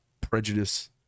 prejudice